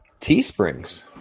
Teesprings